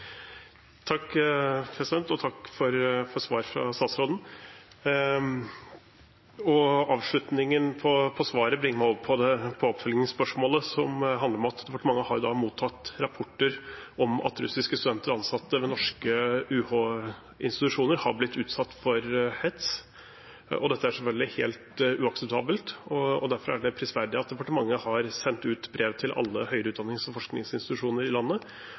Takk for svaret fra statsråden. Avslutningen på svaret bringer meg over på oppfølgingsspørsmålet, som handler om at departementet har mottatt rapporter om at russiske studenter og ansatte ved norske UH-institusjoner har blitt utsatt for hets, og dette er selvfølgelig helt uakseptabelt. Derfor er det prisverdig at departementet har sendt ut brev til alle høyere utdannings- og forskningsinstitusjoner i landet